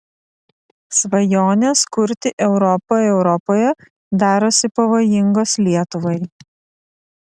svajonės kurti europą europoje darosi pavojingos lietuvai